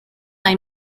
eye